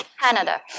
Canada